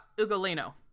Ugolino